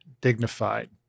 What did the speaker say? dignified